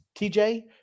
TJ